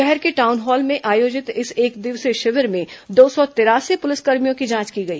शहर के टाउनहॉल में आयोजित इस एकदिवसीय शिविर में दौ सौ तिरासी पुलिसकर्मियों की जांच की गई